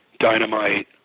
dynamite